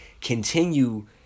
continue